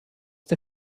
der